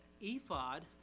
ephod